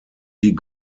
die